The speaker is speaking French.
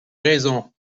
raison